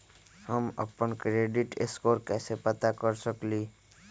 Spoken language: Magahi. हम अपन क्रेडिट स्कोर कैसे पता कर सकेली?